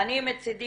מצדי,